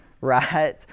right